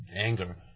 anger